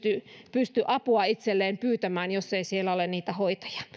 pysty apua itselleen pyytämään jos ei siellä ole niitä hoitajia